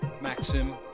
Maxim